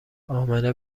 امنه